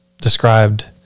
described